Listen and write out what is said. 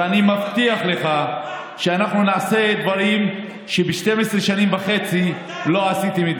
ואני מבטיח לך שאנחנו נעשה דברים שב-12 שנים וחצי לא עשיתם,